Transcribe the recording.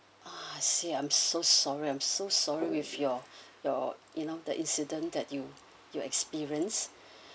ah see I'm so sorry I'm so sorry with your your you know the incident that you your experienced